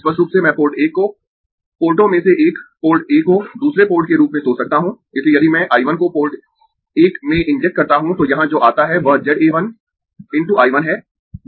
स्पष्ट रूप से मैं पोर्ट 1 को पोर्टों में से एक पोर्ट A को दूसरे पोर्ट के रूप में सोच सकता हूं इसलिए यदि मैं I 1 को पोर्ट 1 में इंजेक्ट करता हूं तो यहां जो आता है वह ZA 1 × I 1 है